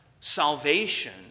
Salvation